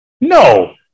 No